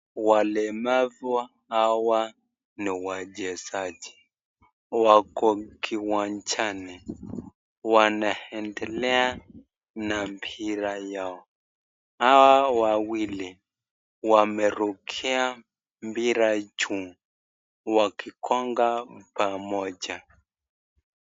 Walemavu hawa ni wachezaji, wako kiwanjani wanaendelea na mpira yao. Hawa wawili wamerukia mpira juu wakigonga pamoja.